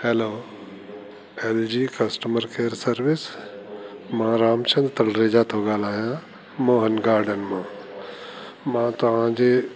hello LG customer care service मां रामचंद तलरेजा थो ॻाल्हायां मोहन गार्डन मो मां तव्हांजे